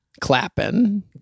clapping